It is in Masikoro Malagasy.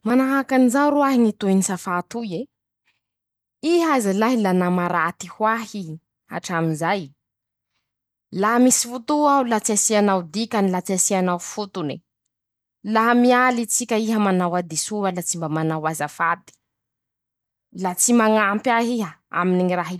Manahaky anizao roahe ñy tohiny safà toy e: -"Iha aza lahy la nama raty ho ahy ,hatramizay ,laha misy fotoa aho la tsy asianao dikany la tsy asianao fotone ,laha mialy tsika ,iha manao hadisoa tsy mba manao azafady ,la tsy mañampy ahy iha aminy ñy raha ilàko."